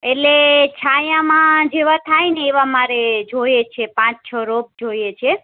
એટલે છાયામાં જેવા થાય ને એવા મારે જોઈએ છે પાંચ છ રોપ જોઈએ છે